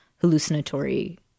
hallucinatory